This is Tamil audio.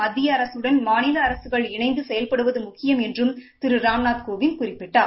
மத்திய அரசுடன் மாநில அரசுகள் இணைந்து செயல்படுவது முக்கியம் என்றும் திரு ராம்நாத் கோவிந்த் குறிப்பிட்டார்